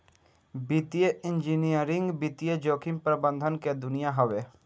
वित्तीय इंजीनियरिंग वित्तीय जोखिम प्रबंधन के दुनिया हवे